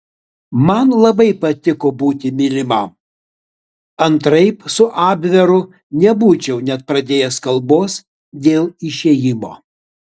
man labai patiko būti mylimam antraip su abveru nebūčiau net pradėjęs kalbos dėl išėjimo